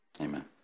Amen